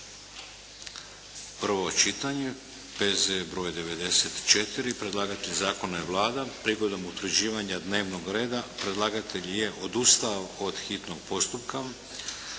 prvo čitanje, P.Z.E. br. 94 Predlagatelj zakona je Vlada. Prigodom utvrđivanja dnevnog reda predlagatelj je odustao od hitnog postupka